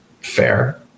fair